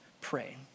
pray